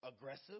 aggressive